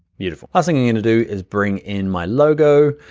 beautiful, last thing i'm gonna do is bring in my logo,